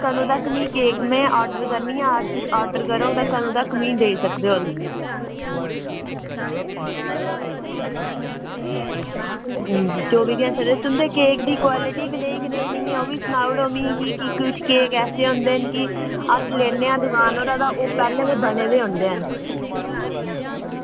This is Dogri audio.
कदूं तक मिगी केक में आर्डर करनी आं अज्ज में आर्डर करङ ते कदूं तक देई सकदे ओ तुस मिगी चौबी घैंटे ते तुंदे केक दी क्वालिटी कनेही कनेही ऐ ओह् बी सनाई ओड़ो मिगी कि कुछ केक ऐसे होंदे न कि अस लैन्ने आं दकान उप्परा ते ओह् पैह्लें दे गै बने दे होंदे न